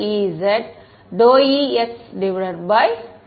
மாணவர் ஒரு உள்ளது